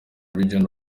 region